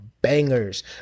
bangers